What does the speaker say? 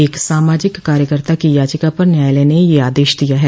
एक सामाजिक कार्यकर्ता की याचिका पर न्यायालय ने ये आदेश दिया है